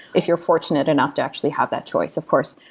if you're fortunate enough to actually have that choice. of course,